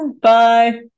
Bye